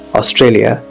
Australia